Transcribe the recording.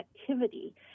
activity